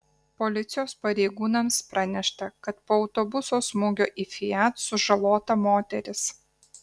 policijos pareigūnams pranešta kad po autobuso smūgio į fiat sužalota moteris